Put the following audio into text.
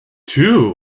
two